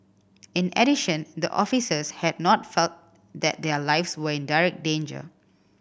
in addition the officers had not felt that their lives were in direct danger